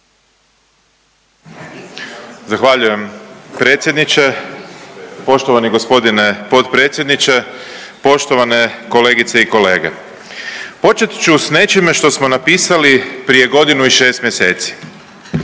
Zahvaljujem predsjedniče, poštovani g. potpredsjedniče, poštovane kolegice i kolege. Počet ću s nečime što smo napisali prije godinu i 6. mjeseci.